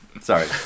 Sorry